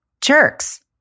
jerks